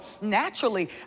naturally